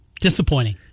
Disappointing